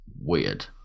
weird